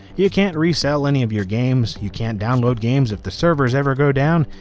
you can't resell any of your games, you can't download games if the servers ever go down,